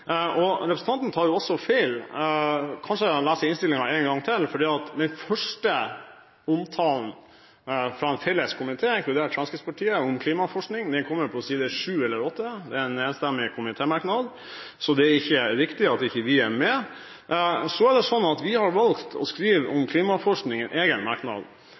Fremskrittspartiet. Representanten tar også feil – kanskje hun bør lese innstillingen en gang til – for den første omtalen fra en felles komité, inkludert Fremskrittspartiet, om klimaforskning kommer på side sju eller åtte. Det er en enstemmig komitémerknad, så det er ikke riktig at vi ikke er med. Så har vi valgt å skrive om klimaforskning i en egen merknad.